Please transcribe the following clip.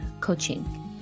coaching